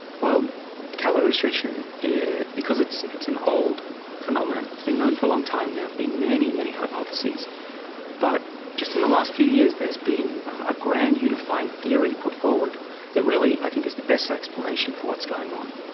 well calorie restriction, because it's it's an old phenomenon, it's been known for a long time, there have been many, many hypotheses but just in the last few years there's been a grand unifying theory put forward that really i think is the best explanation for what's going on.